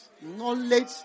Knowledge